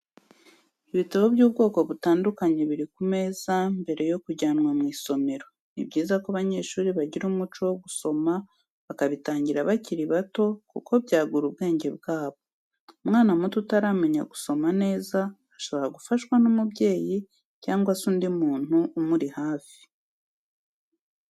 Ibitabo by'ubwoko butandukanye biri ku meza mbere yo kujyanwa mu isomero, ni byiza ko abanyeshuri bagira umuco wo gusoma bakabitangira bakiri bato kuko byagura ubwenge bwabo, umwana muto utaramenya gusoma neza shobora gufashwa n'umubyeyi cyangwa se undi muntu umuri hafi.